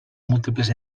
múltiples